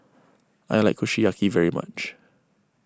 I like Kushiyaki very much